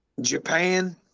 japan